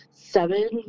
Seven